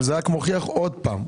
אבל זה רק מוכיח עוד פעם,